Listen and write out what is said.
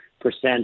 percent